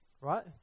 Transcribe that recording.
right